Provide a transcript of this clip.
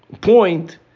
point